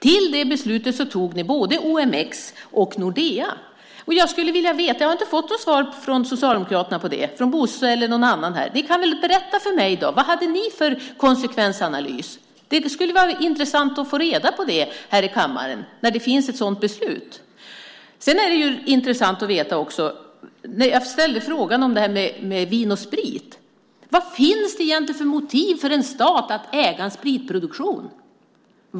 Till det beslutet tog ni också både OMX och Nordea. Jag har inte fått något svar från Socialdemokraterna, från Bosse eller någon annan här. Ni kan väl berätta för mig vilken konsekvensanalys ni hade. Det skulle det vara intressant att här i kammaren få reda på. Det finns ju ett sådant beslut. Jag ställde en fråga om Vin & Sprit. Vilka motiv finns det egentligen för en stat att äga en spritproduktion?